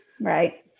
right